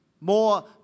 more